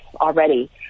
already